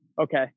okay